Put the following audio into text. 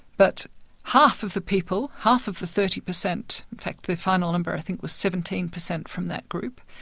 but half of the people, half of the thirty per cent, in fact, the final number i think was seventeen per cent from that group,